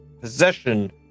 possession